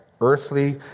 earthly